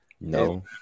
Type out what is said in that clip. No